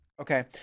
Okay